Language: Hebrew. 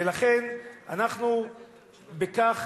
ולכן, אנחנו בכך